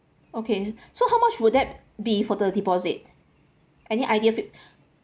okay so how much would that be for the deposit any ideas